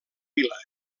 vila